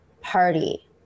party